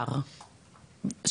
תסבירי לי איך הוא מתמודד?